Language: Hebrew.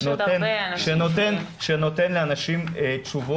יש עוד הרבה אנשים ----- שנותן לאנשים תשובות,